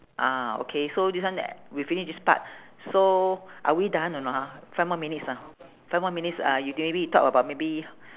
ah okay so this one we finish this part so are we done or not ah five more minutes ah five more minutes uh we can maybe talk about maybe